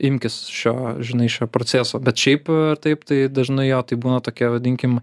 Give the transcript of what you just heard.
imkis šio žinai šio proceso bet šiaip ar taip tai dažnai jo tai būna tokia vadinkim